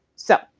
so,